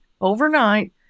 overnight